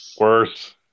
Worse